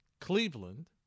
Cleveland